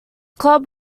club